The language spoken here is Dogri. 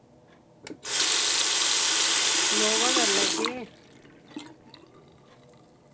नोवा करी लैगे